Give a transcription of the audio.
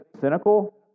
cynical